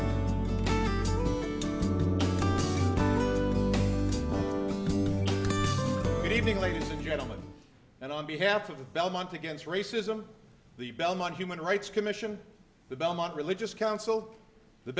good evening ladies and gentlemen and on behalf of the belmont against racism the belmont human rights commission the belmont religious council the